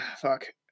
fuck